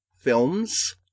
Films